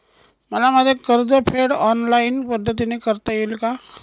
मला माझे कर्जफेड ऑनलाइन पद्धतीने करता येईल का?